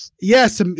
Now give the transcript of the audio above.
Yes